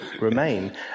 Remain